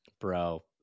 Bro